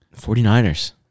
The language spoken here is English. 49ers